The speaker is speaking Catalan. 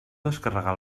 descarregar